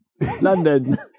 London